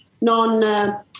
non